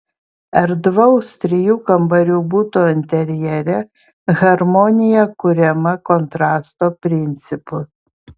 erdvaus trijų kambarių buto interjere harmonija kuriama kontrasto principu